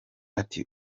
ati